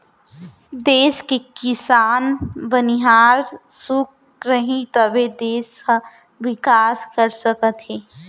देस के किसान, बनिहार खुस रहीं तभे देस ह बिकास कर सकत हे